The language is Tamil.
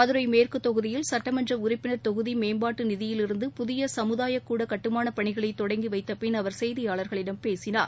மதுரை மேற்கு தொகுதியில் சட்டமன்ற உறுப்பினர் தொகுதி மேம்பாட்டு நிதியிலிருந்து புதிய சமுதாயக் கூட கட்டுமாளப் பணிகளை தொடங்கி வைத்தபின் அவர் செய்தியாளர்களிடம் பேசினார்